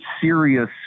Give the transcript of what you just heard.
serious